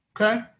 okay